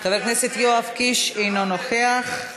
חבר הכנסת יואב קיש, אינו נוכח.